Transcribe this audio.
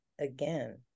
again